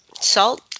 salt